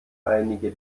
einige